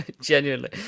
Genuinely